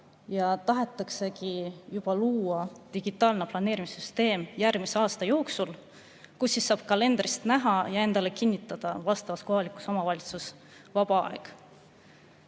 ja tahetaksegi luua digitaalne planeerimissüsteem järgmise aasta jooksul. Siis saab kalendrist näha ja endale kinnitada vaba aeg vastavas kohalikus omavalitsuses.